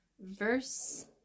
verse